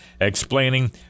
Explaining